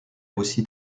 aussi